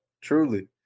truly